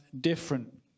different